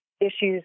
issues